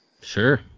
Sure